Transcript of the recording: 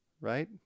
right